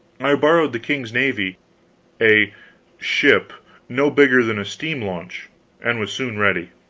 i borrowed the king's navy a ship no bigger than a steam launch and was soon ready.